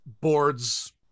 boards